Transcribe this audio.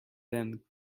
then